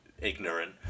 ignorant